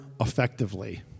effectively